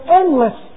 endless